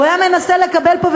הוא היה מנסה לקבל פה,